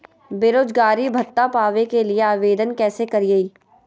बेरोजगारी भत्ता पावे के लिए आवेदन कैसे करियय?